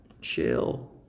Chill